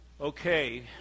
Okay